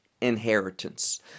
inheritance